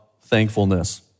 thankfulness